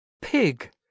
pig